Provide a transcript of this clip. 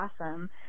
awesome